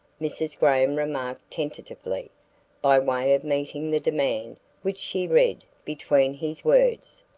mrs. graham remarked tentatively by way of meeting the demand which she read between his words.